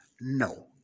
no